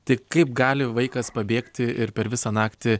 tai kaip gali vaikas pabėgti ir per visą naktį